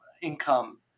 income